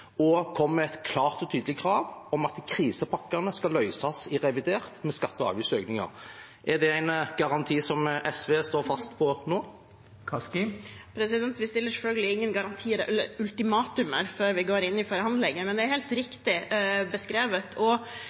med et klart og tydelig krav om at krisepakkene skal løses i revidert, med skatte- og avgiftsøkninger. Er det en garanti som SV står fast ved nå? Vi stiller selvfølgelig ingen garantier eller ultimatumer før vi går inn i forhandlinger, men det er hel riktig beskrevet.